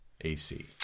AC